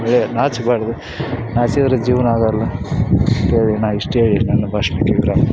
ವೇಳೆ ನಾಚಬಾರ್ದು ನಾಚಿದರೆ ಜೀವನ ಆಗೋಲ್ಲ ಅಂಥೇಳಿ ನಾನು ಇಷ್ಟು ಹೇಳಿ ನನ್ನ ಭಾಷಣಕ್ಕೆ ವಿರಾಮ